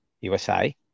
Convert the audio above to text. USA